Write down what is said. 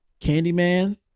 Candyman